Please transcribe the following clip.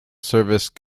service